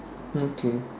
okay